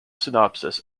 synopsis